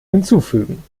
hinzufügen